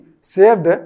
saved